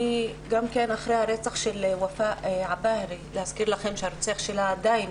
אחרי הרצח של וופא עבאהרה אזכיר לכם שהרוצח שלה עדיין